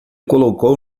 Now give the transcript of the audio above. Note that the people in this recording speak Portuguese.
colocou